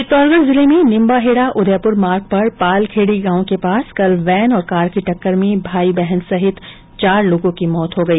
चित्तौडगढ़ जिले में निम्बाहेड़ा उदयपुर मार्ग पर पालखेड़ी गांव के पास कल वैन और कार की टक्कर में भाई बहन सहित चार लोगों की मौत हो गई